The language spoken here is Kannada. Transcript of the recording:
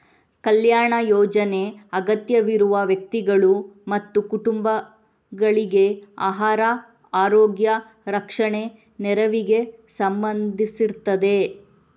ಕಲ್ಯಾಣ ಯೋಜನೆ ಅಗತ್ಯವಿರುವ ವ್ಯಕ್ತಿಗಳು ಮತ್ತು ಕುಟುಂಬಗಳಿಗೆ ಆಹಾರ, ಆರೋಗ್ಯ, ರಕ್ಷಣೆ ನೆರವಿಗೆ ಸಂಬಂಧಿಸಿರ್ತದೆ